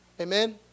Amen